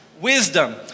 wisdom